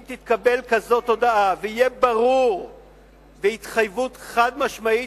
אם תתקבל הודעה כזאת ויהיה ברור בהתחייבות חד-משמעית,